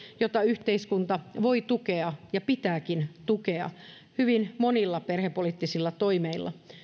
jota yhteiskunta voi tukea ja sen pitääkin tukea sitä hyvin monilla perhepoliittisilla toimilla